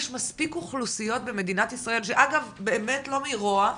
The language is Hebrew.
יש מספיק אוכלוסיות במדינת ישראל שאגב באמת לא מרוע,